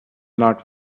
not